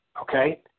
okay